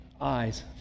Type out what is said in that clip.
Eyes